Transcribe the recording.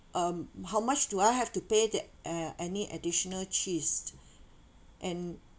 um how much do I have to pay that uh any additional cheese and